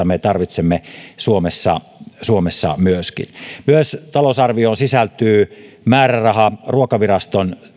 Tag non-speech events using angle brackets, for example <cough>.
<unintelligible> me suomessa suomessa myöskin tarvitsemme talousarvioon sisältyy määräraha myös ruokaviraston